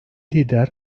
lider